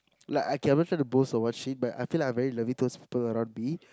like okay I'm not trying to boast or what shit but I feel like I'm very loving to those people around me